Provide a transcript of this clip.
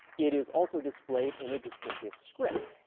it is also displayed in a distinctive script.